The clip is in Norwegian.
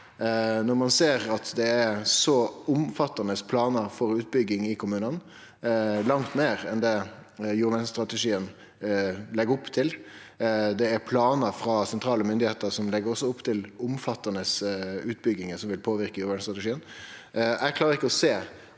når ein ser at det er så omfattande planar om utbyggingar i kommunane, langt meir enn det jordvernstrategien legg opp til. Det er planar frå sentrale myndigheiter som også legg opp til omfattande utbyggingar som vil påverke jordvernstrategien.